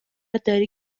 داری